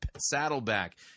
Saddleback